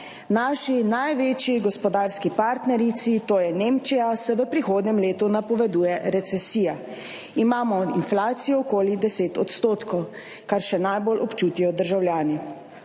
Naši največji gospodarski partnerici, to je Nemčija, se v prihodnjem letu napoveduje recesija. Imamo inflacijo okoli 10 %, kar še najbolj občutijo državljani.